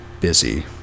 busy